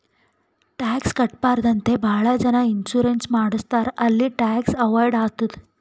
tax ಕಟ್ಬಾರ್ದು ಅಂತೆ ಭಾಳ ಜನ ಇನ್ಸೂರೆನ್ಸ್ ಮಾಡುಸ್ತಾರ್ ಅಲ್ಲಿ ಟ್ಯಾಕ್ಸ್ ಅವೈಡ್ ಆತ್ತುದ್